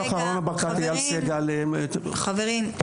חברים,